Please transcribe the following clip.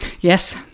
Yes